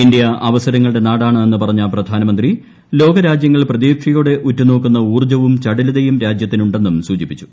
India അവസരങ്ങളുടെ നാടാണ് എന്ന് പറഞ്ഞ പ്രധാനമന്ത്രി ലോക രാജ്യങ്ങൾ പ്രതീക്ഷയോടെ ഉറ്റുനോക്കുന്ന ഊർജ്ജവും ചടുലതയും രാജ്യത്തിനുണ്ടെന്നും സൂചിപ്പിച്ചു